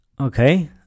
okay